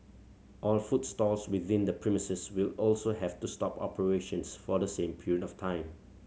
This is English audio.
all food stalls within the premises will also have to stop operations for the same period of time